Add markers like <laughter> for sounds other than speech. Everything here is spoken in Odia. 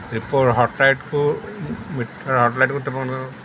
ରିପୋର୍ଟ୍ ହଟ୍ ଲାଇଟ୍କୁ ମିଟର୍ ହଟ୍ ଲାଇଟ୍କୁ <unintelligible>